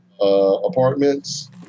apartments